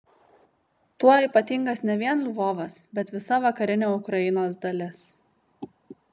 tuo ypatingas ne vien lvovas bet visa vakarinė ukrainos dalis